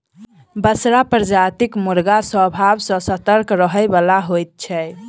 बसरा प्रजातिक मुर्गा स्वभाव सॅ सतर्क रहयबला होइत छै